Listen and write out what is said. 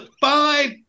Five